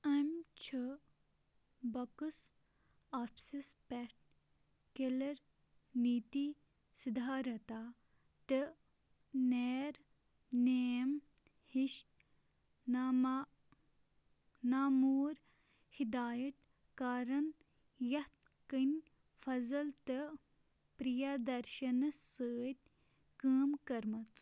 أمۍ چھِ بۄکٕس آفسَس پٮ۪ٹھ کِلر نیتی سِدھارتھا تہٕ نیرنیم ہِش نامہ نامور ہدایت کارَن یِتھ کٔنۍ فضٕل تہٕ پرٛیادرشنَس سۭتۍ کٲم کٔرمٕژ